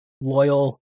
loyal